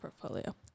portfolio